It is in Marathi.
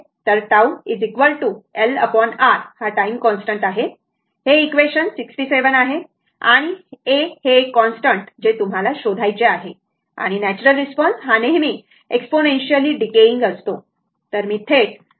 तर τ LR टाइम कॉन्स्टन्ट आहे हे इक्वेशन 67 आहे आणि a हे एक कॉन्स्टन्ट जे तुम्हाला शोधायचे आहे आणि नॅच्युरल रिस्पॉन्स हा नेहमी एक्सपोनेन्शियली डिकेयिंग असतो